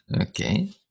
Okay